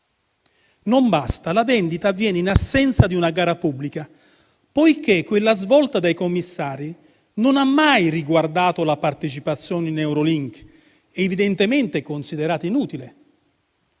Non basta: la vendita avviene in assenza di una gara pubblica, poiché quella svolta dai commissari non ha mai riguardato la partecipazione in Eurolink, evidentemente considerata inutile